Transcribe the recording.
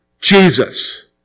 Jesus